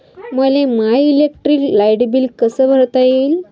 मले माय electric light bill कस भरता येईल?